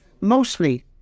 Mostly